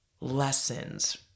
lessons